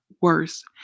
worse